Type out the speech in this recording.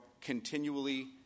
continually